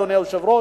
אדוני היושב-ראש,